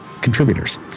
contributors